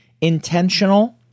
intentional